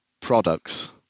products